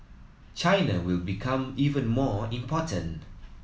China will become even more important